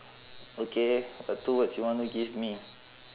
okay what two words you want to give me